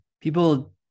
people